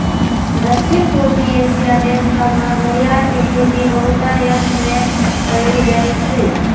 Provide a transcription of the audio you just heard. दक्षिण पूर्वी एशिया देश सभमें घरियार के खेती बहुतायत में कएल जाइ छइ